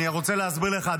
אני רוצה להסביר לך,